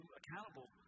accountable